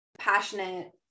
passionate